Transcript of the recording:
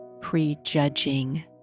prejudging